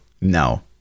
no